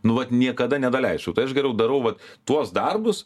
nu vat niekada nedaleisčiau tai aš geriau darau vat tuos darbus